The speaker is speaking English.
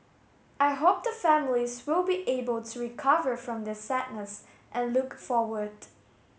I hope the families will be able to recover from their sadness and look forward